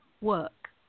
work